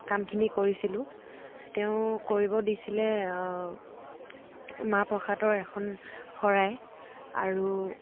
কামখিনি কৰিছিলোঁ তেওঁ কৰিব দিছিলে মাহ প্ৰসাদৰ এখন শৰাই আৰু